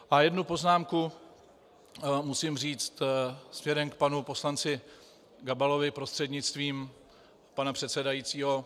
A jednu poznámku musím říci směrem k panu poslanci Gabalovi prostřednictvím pana předsedajícího.